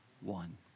one